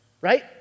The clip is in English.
right